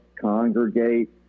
congregate